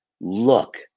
look